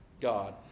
God